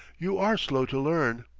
you are slow to learn.